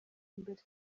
mbere